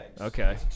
Okay